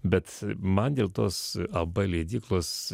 bet man dėl tos ab leidyklos